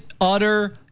utter